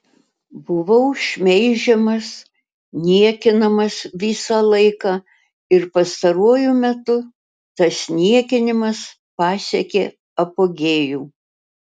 buvau šmeižiamas niekinamas visą laiką ir pastaruoju metu tas niekinimas pasiekė apogėjų